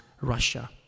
Russia